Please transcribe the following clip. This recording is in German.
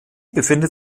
befindet